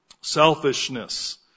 selfishness